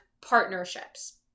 partnerships